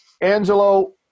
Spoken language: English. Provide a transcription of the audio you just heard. angelo